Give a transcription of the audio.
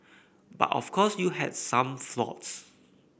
but of course you had some flops